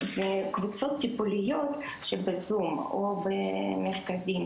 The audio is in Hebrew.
קבוצות טיפוליות שהן בזום או במרכזים,